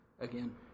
again